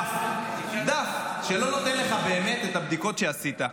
דף שלא נותן לך באמת את הבדיקות שעשית.